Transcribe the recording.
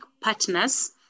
partners